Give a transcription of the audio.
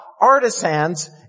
artisans